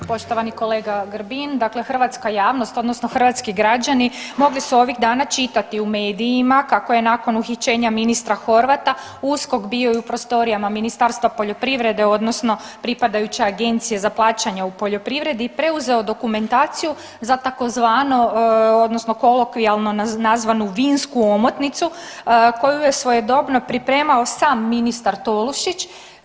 Poštovani kolega Grbin, dakle hrvatska javnost odnosno hrvatski građani mogli su ovih dana čitati u medijima kako je nakon uhićenja ministra Horvata, USKOK bio i u prostorijama Ministarstva poljoprivrede odnosno pripadajuće Agencije za plaćanja u poljoprivredi i preuzeo dokumentaciju za tzv. odnosno kolokvijalno nazvanu vinsku omotnicu koju je svojedobno pripremao sam ministar Tolušić.